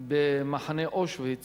במחנה אושוויץ